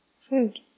food